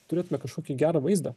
turėtume kažkokį gerą vaizdą